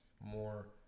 more